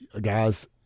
guys